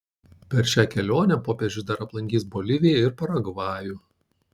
per šią kelionę popiežius dar aplankys boliviją ir paragvajų